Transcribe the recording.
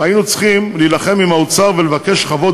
היינו צריכים להילחם עם האוצר ולבקש חוות